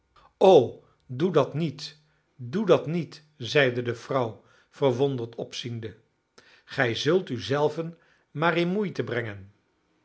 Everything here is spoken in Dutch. o doe dat niet doe dat niet zeide de vrouw verwonderd opziende gij zult u zelven maar in moeite brengen